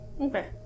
Okay